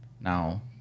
Now